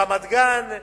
ברמת-גן,